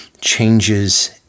changes